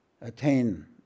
attain